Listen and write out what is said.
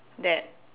that